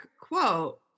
quote